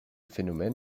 phénomène